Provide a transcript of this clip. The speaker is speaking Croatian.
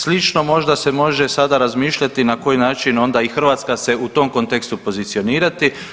Slično možda se može sada razmišljati na koji način onda i Hrvatska se u tom kontekstu pozicionirati.